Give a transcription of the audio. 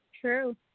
True